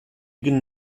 ancora